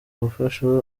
gufasha